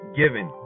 given